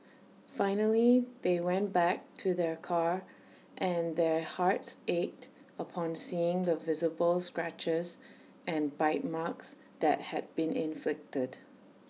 finally they went back to their car and their hearts ached upon seeing the visible scratches and bite marks that had been inflicted